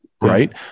right